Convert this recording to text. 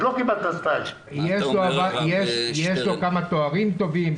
יש לו כמה תארים טובים.